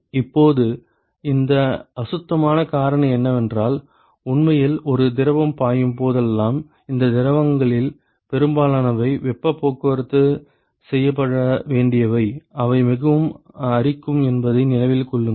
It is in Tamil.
இப்போது இந்த அசுத்தமான காரணி என்னவென்றால் உண்மையில் ஒரு திரவம் பாயும் போதெல்லாம் இந்த திரவங்களில் பெரும்பாலானவை வெப்பப் போக்குவரத்து செய்யப்பட வேண்டியவை அவை மிகவும் அரிக்கும் என்பதை நினைவில் கொள்ளுங்கள்